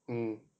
mm